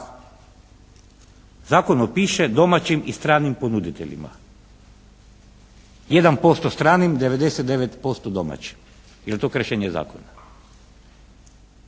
zakonu piše domaćim i stranim ponuditeljima. 1% stranim, 99% domaćim. Je li to kršenje zakona?